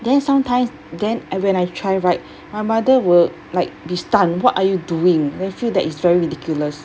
then sometimes then and when I try right my mother will like be stunned what are you doing then feel that is very ridiculous